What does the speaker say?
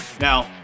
Now